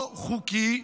לא-חוקי,